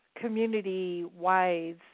community-wise